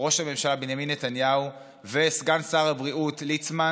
ראש הממשלה בנימין נתניהו וסגן שר הבריאות ליצמן